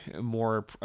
more